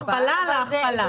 הכפלה על ההכפלה.